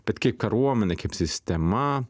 bet kaip kariuomenė kaip sistema